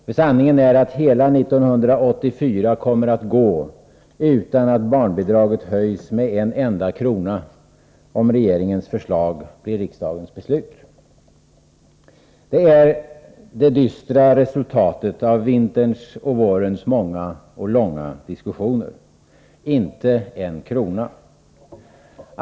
För sanningen är att hela 1984 kommer att gå utan att barnbidraget höjs med en enda krona, om regeringens förslag blir riksdagens beslut. Det är det dystra resultatet av vinterns och vårens många och långa diskussioner. Inte en krona!